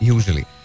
Usually